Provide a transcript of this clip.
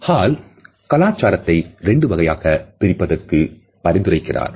hall கலாச்சாரத்தை 2 வகையாக பிரிப்பதற்கு பரிந்துரைக்கிறார்